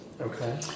Okay